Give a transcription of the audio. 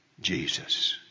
Jesus